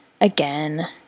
again